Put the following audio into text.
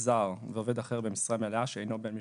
זר ועובד אחר במשרה מלאה שאינו בן משפחה,